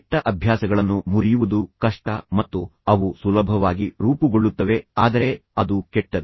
ಕೆಟ್ಟ ಅಭ್ಯಾಸಗಳನ್ನು ಮುರಿಯುವುದು ಕಷ್ಟ ಮತ್ತು ಅವು ಸುಲಭವಾಗಿ ರೂಪುಗೊಳ್ಳುತ್ತವೆ ಆದರೆ ಅದು ಕೆಟ್ಟದು